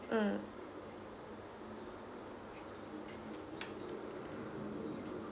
mm